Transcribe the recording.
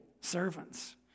servants